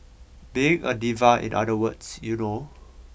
being a diva in other words you know